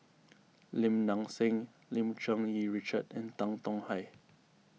Lim Nang Seng Lim Cherng Yih Richard and Tan Tong Hye